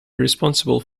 responsible